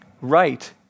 right